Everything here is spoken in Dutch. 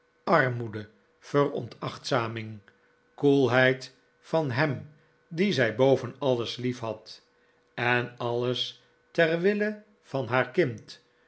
armoede veronachtzaming koelheid van hem dien zij boven alles liefhad en alles ter wille van haar kind